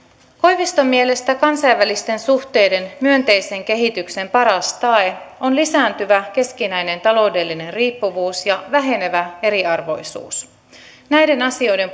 koiviston mielestä kansainvälisten suhteiden myönteisen kehityksen paras tae on lisääntyvä keskinäinen taloudellinen riippuvuus ja vähenevä eriarvoisuus näiden asioiden